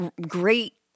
great